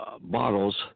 bottles